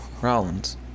Rollins